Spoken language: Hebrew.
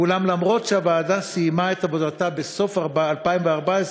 אולם אף שהוועדה סיימה את עבודתה בסוף 2014,